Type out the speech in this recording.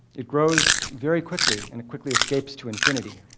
it grows very quickly, and it quickly escapes to infinity.